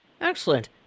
Excellent